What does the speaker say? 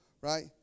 right